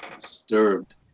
disturbed